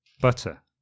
butter